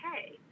hey